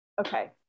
Okay